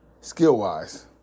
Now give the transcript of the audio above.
skill-wise